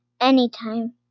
Anytime